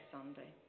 Sunday